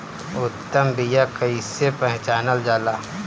उत्तम बीया कईसे पहचानल जाला?